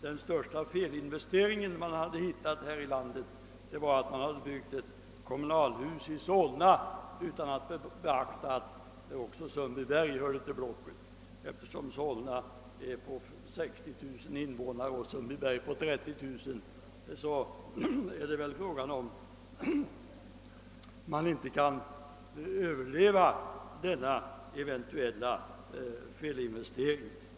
Den största felinvestering man funnit här i landet innebar att det hade byggts ett kommunalhus i Solna utan beaktande av att också Sundbyberg hörde till blocket. Eftersom Solna har 60 000 och Sundbyberg 30 000 invånare är väl ändå frågan om det inte går att :köverleva denna eventuella felinvestering.